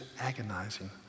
agonizing